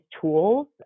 tools